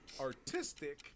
artistic